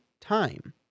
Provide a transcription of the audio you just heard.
time